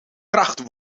kracht